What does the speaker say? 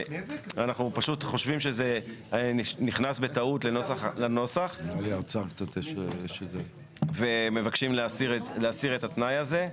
אנחנו פשוט חושבים שזה נכנס בטעות לנוסח ומבקשים להסיר את התנאי הזה.